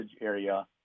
area